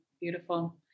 Beautiful